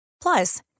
Plus